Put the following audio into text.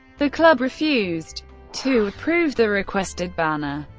the club refused to approve the requested banner.